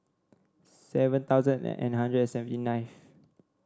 seven thousand and hundred seventy ninth